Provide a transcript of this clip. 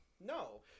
No